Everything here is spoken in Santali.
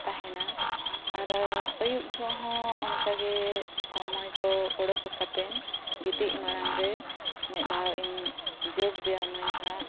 ᱛᱟᱦᱮᱱᱟ ᱟᱨ ᱟᱹᱭᱩᱵ ᱡᱚᱠᱷᱮᱡ ᱦᱚᱸ ᱚᱱᱠᱟᱜᱮ ᱥᱚᱢᱚᱭ ᱠᱚ ᱩᱰᱩᱠ ᱠᱟᱛᱮᱫ ᱜᱤᱛᱤᱡ ᱢᱟᱲᱟᱝᱨᱮ ᱢᱤᱫ ᱫᱷᱟᱣᱤᱧ ᱡᱳᱜ ᱵᱮᱭᱟᱢᱟᱹᱧ ᱦᱟᱜ